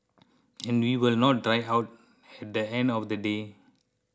and we will not die out at the end of the day